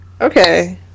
Okay